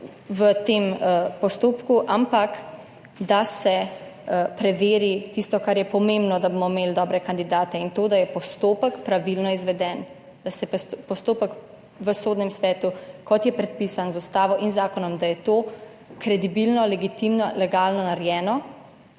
v tem postopku, ampak da se preveri tisto, kar je pomembno, da bomo imeli dobre kandidate in to, da je postopek pravilno izveden, da je postopek v Sodnem svetu, kot je predpisan z ustavo in zakonom, kredibilen, legitimen, legalno narejen,